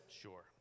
Sure